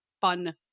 fun